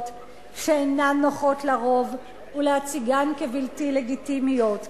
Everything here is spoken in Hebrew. שאינן נוחות לרוב ולהציגן כבלתי לגיטימיות,